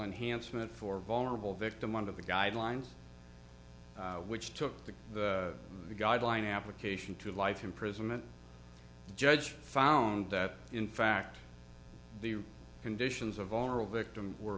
enhanced meant for vulnerable victim under the guidelines which took the guideline application to life imprisonment judge found that in fact the conditions of oral victim were